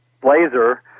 blazer